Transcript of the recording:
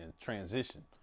transition